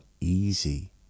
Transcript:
easy